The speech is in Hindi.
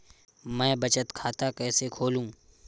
मैं बचत खाता कैसे खोलूँ?